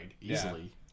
easily